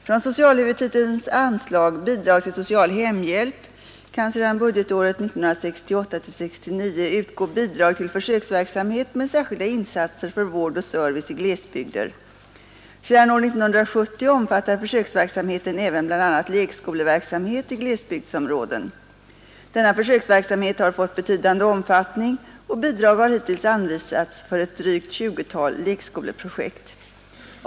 Från socialhuvudtitelns anslag Bidrag till social hemhjälp kan sedan budgetåret 1968/69 utgå bidrag till försöksverksamhet med särskilda insatser för vård och service i glesbygder. Sedan år 1970 omfattar försöksverksamheten även bl.a. lekskoleverksamhet i glesbygdsområden. Denna försöksverksamhet har fått betydande omfattning, och bidrag har hittills anvisats för ett drygt tjugotal lekskoleprojekt.